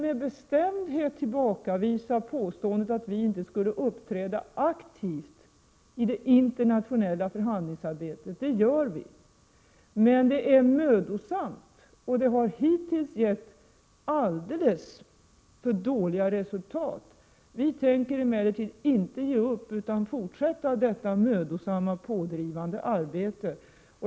Med bestämdhet tillbakavisar jag påståendet att vi inte skulle uppträda aktivt i det internationella förhandlingsarbetet, för det gör vi. Men arbetet är mödosamt och det har hittills gett alldeles för dåliga resultat. Vi tänker emellertid inte ge upp, utan vi tänker fortsätta detta mödosamma pådrivande arbete.